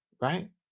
right